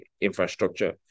infrastructure